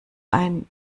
ein